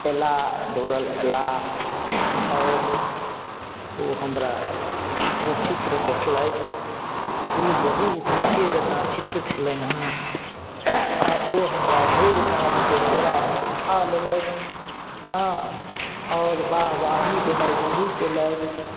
अयला दौड़ल अयला आओर ओ हमरा ओ चित्र देखलथि हुबहु हुनके जकाँ चित्र छलनि हँ आओर ओ हमरा भरि पाँजके कोरामे उठा लेलथि हँ आओर वाहवाही देनाइ शुरू कयलथि